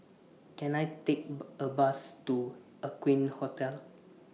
Can I Take A Bus to Aqueen Hotel